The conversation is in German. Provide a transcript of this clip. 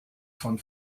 von